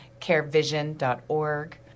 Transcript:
carevision.org